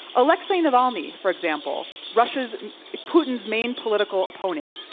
alexi navalni, for example, russia's putin's main political opponent,